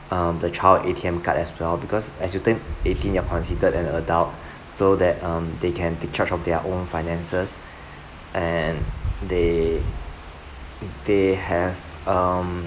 um the child A_T_M card as well because as you turn eighteen you're considered an adult so that um they can take charge of their own finances and they they have um